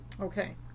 Okay